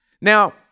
Now